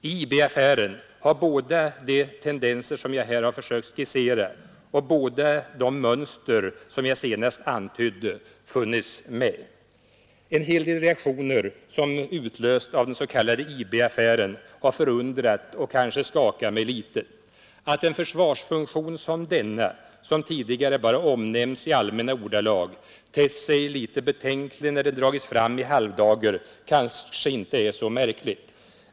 I IB-affären har båda de tendenser som jag här försökt skissera och båda de mönster som jag senast antydde funnits med. En hel del reaktioner som utlösts av den s.k. IB-affären har förundrat och kanske skakat mig litet. Att en försvarsfunktion som denna, som tidigare bara omnämnts i allmänna ordalag, tett sig litet betänklig när den dragits fram i halvdager, kanske inte är så märkligt.